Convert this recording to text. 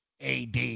AD